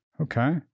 Okay